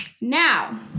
Now